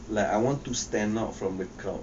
like I want to stand out from the crowd